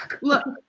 look